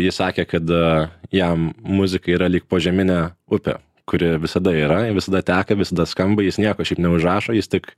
jis sakė kada jam muzika yra lyg požeminė upė kuri visada yra ji visada teka visada skamba jis nieko šiaip neužrašo jis tik